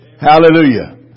Hallelujah